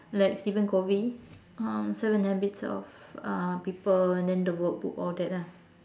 like Steven covey um seven habits of uh people and then the workbook all that lah